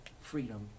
freedom